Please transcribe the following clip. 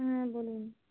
হ্যাঁ বলুন